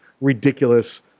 ridiculous